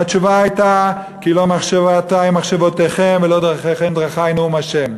והתשובה הייתה "כי לא מחשבותי מחשבותיכם ולא דרכיכם דרכי נאֻם ה'".